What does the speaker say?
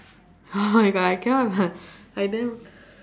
oh my god I cannot lah I damn